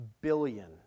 billion